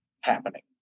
happening